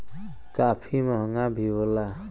काफी महंगा भी होला